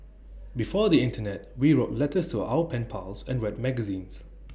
before the Internet we wrote letters to our pen pals and read magazines